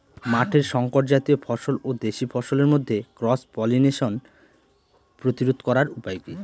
মাঠের শংকর জাতীয় ফসল ও দেশি ফসলের মধ্যে ক্রস পলিনেশন প্রতিরোধ করার উপায় কি?